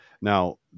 Now